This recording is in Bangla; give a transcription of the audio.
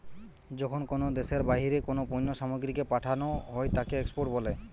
যখন কোনো দ্যাশের বাহিরে কোনো পণ্য সামগ্রীকে পাঠানো হই তাকে এক্সপোর্ট বলে